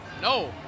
No